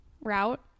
Route